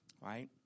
right